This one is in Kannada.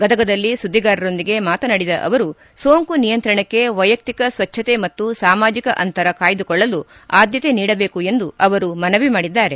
ಗದಗದಲ್ಲಿ ಸುದ್ದಿಗಾರರೊಂದಿಗೆ ಮಾತನಾಡಿದ ಅವರು ಸೋಂಕು ನಿಯಂತ್ರಣಕ್ಕೆ ವೈಯಕ್ತಿಕ ಸ್ವಚ್ಛತೆ ಮತ್ತು ಸಾಮಾಜಕ ಅಂತರ ಕಾಯ್ದುಕೊಳ್ಳಲು ಆದ್ಭತೆ ನೀಡಬೇಕು ಎಂದು ಅವರು ಮನವಿ ಮಾಡಿದ್ದಾರೆ